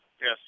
Yes